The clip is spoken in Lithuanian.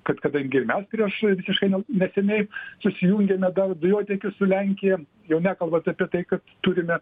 kad kadangi ir mes prieš visiškai ne neseniai susijungėme dar dujotiekiu su lenkija jau nekalbant apie tai kad turime